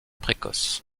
précoce